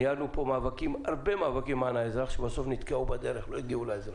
ניהלנו פה הרבה מאבקים למען האזרח שבסוף נתקעו בדרך ולא הגיעו לאזרח.